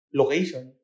location